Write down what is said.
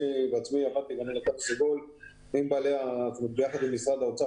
אני עצמי הייתי שותף להתוויה יחד עם משרדי האוצר